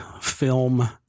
film